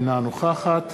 אינה נוכחת